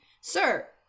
Sir